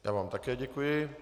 Já vám také děkuji.